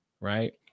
Right